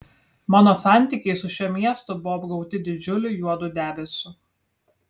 mano santykiai su šiuo miestu buvo apgaubti didžiuliu juodu debesiu